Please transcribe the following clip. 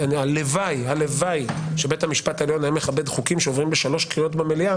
הלוואי שבית המשפט העליון היה מכבד חוקים שעוברים בשלוש קריאות במליאה